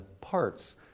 parts